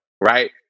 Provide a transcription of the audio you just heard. Right